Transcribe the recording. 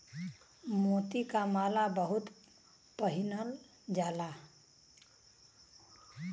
मोती क माला बहुत पहिनल जाला